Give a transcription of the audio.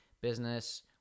business